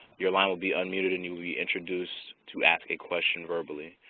your line will be unmuted and you will be introduced to ask a question verbally.